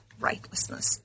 rightlessness